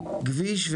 כביש,